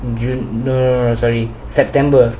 in june no no no sorry september